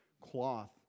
cloth